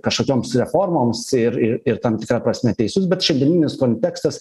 kažkokioms reformoms ir ir ir tam tikra prasme teisus bet šiandieninis kontekstas